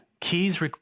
keys